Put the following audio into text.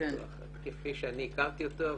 כפי שאני הכרתי אותו,